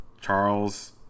Charles